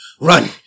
Run